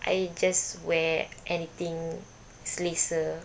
I just wear anything selesa